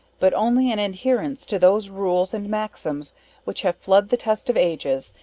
but only an adherence to those rules and maxims which have flood the test of ages,